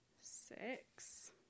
six